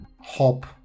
hop